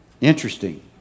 Interesting